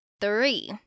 Three